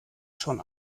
schon